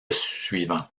suivant